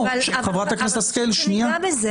שנייה.